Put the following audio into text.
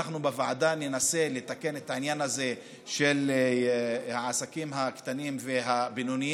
אנחנו בוועדה ננסה לתקן את העניין הזה של העסקים הקטנים והבינוניים.